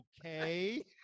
okay